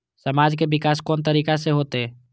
समाज के विकास कोन तरीका से होते?